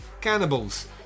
cannibals